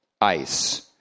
ice